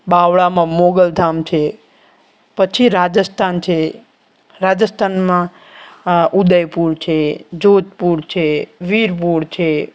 બાવળામાં મોગલધામ છે પછી રાજસ્થાન છે રાજસ્થાનમાં ઉદયપુર છે જોધપુર છે વિરપુર છે